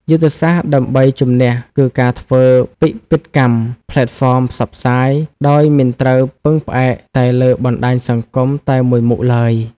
យុទ្ធសាស្ត្រដើម្បីជំនះគឺការធ្វើពិពិធកម្មផ្លេតហ្វមផ្សព្វផ្សាយ ដោយមិនត្រូវពឹងផ្អែកតែលើបណ្តាញសង្គមតែមួយមុខឡើយ។